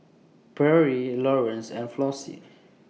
Pierre Lawrance and Flossie